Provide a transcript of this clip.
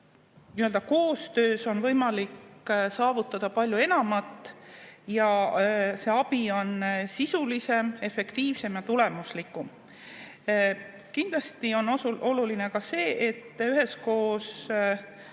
Koostöös on võimalik saavutada palju enamat ja see abi on sisulisem, efektiivsem ja tulemuslikum. Kindlasti on oluline ka see, et kui